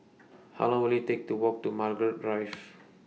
How Long Will IT Take to Walk to Margaret Drive